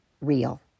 real